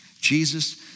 Jesus